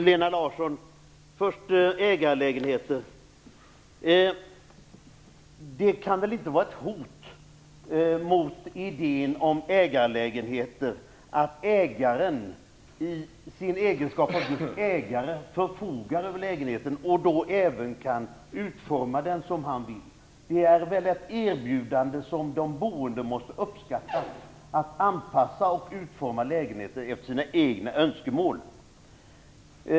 Herr talman! Det kan väl inte, Lena Larsson, vara ett hot mot idén om ägarlägenheter att ägaren i sin egenskap av ägare förfogar över lägenheten och då även kan utforma den som han vill? Det är väl ett erbjudande som de boende måste uppskatta, att få anpassa och utforma lägenheten efter sina egna önskemål?